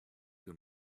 too